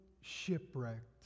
shipwrecked